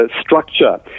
structure